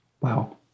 Wow